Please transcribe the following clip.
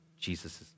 Jesus